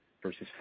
versus